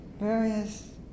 various